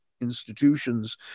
institutions